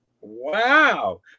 wow